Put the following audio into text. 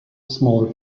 small